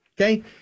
Okay